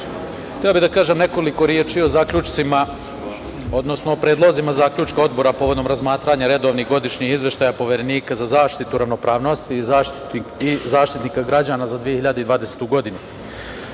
hteo bih da kažem nekoliko reči o zaključcima odnosno o predlozima zaključka Odbora povodom razmatranja redovnih godišnjih izveštaja Poverenika za zaštitu ravnopravnosti i Zaštitnika građana za 2020. godinu. Ove